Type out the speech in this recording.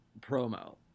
promo